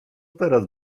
teraz